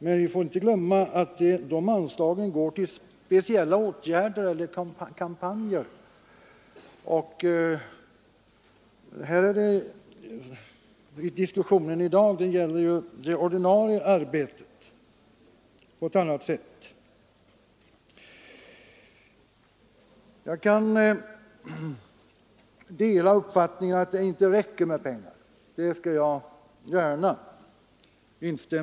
Men vi får inte glömma att de anslagen går till speciella åtgärder eller kampanjer, medan diskussionen i dag gäller det så att säga mera ordinarie arbetet. Jag delar uppfattningen att de anslagna pengarna inte räcker. Det påståendet instämmer jag gärna i.